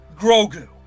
Grogu